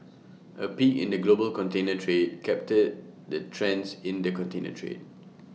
A peek in the global container trade captured the trends in the container trade